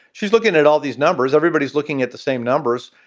she's looking at all these numbers. everybody's looking at the same numbers.